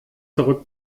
zurück